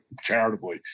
charitably